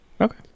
okay